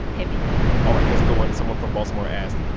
hit me all right. here's a good one. someone from baltimore asked,